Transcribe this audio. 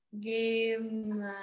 game